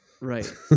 right